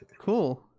cool